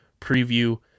preview